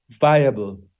viable